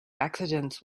accidents